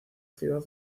ciudad